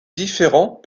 différents